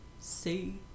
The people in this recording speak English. see